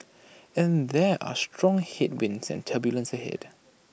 and there are strong headwinds and turbulence ahead